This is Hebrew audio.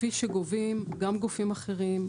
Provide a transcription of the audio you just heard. כפי שגובים גם גופים אחרים,